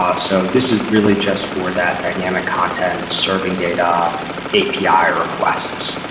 ah so this is really just for that dynamic content serving data api requests.